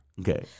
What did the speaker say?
Okay